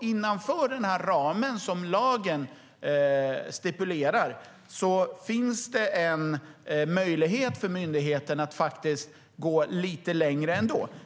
Innanför den ram som lagen stipulerar finns det en möjlighet för myndigheten att gå lite längre.